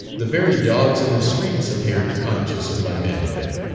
the very dogs in the streets appeared conscious of my manhood.